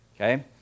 Okay